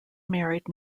married